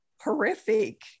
horrific